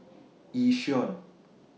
Yishion